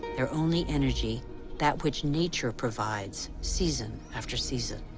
their only energy that which nature provides season after season.